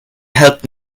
help